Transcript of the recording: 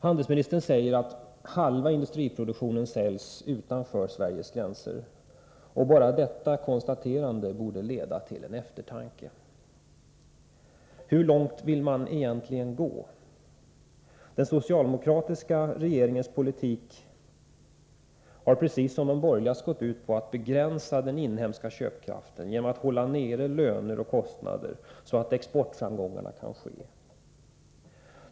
Handelsministern säger att halva industriproduktionen säljs utanför Sveriges gränser. Bara detta konstaterande borde leda till eftertanke. Hur långt vill man egentligen gå? Den socialdemokratiska regeringens politik har precis som de borgerligas gått ut på att begränsa den inhemska köpkraften genom att hålla nere löner och kostnader för att uppnå exportframgångar.